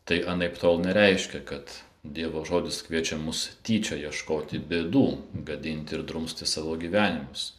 tai anaiptol nereiškia kad dievo žodis kviečia mus tyčia ieškoti bėdų gadinti ir drumsti savo gyvenimus